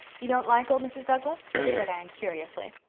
you don't like old mrs. douglas? said anne curiously.